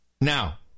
Now